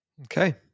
Okay